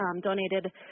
donated